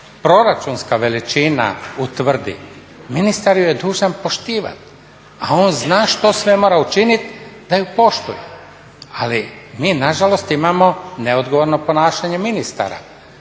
proračunska veličina utvrdi, ministar ju je dužan poštivati, a on zna što sve mora učiniti da ju poštuje, ali mi nažalost imamo neodgovorno ponašanje ministara.